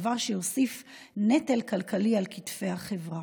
דבר שיוסיף נטל כלכלי על כתפי החברה.